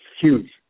huge